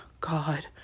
God